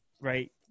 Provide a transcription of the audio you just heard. right